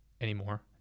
anymore